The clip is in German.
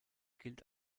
gilt